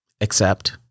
accept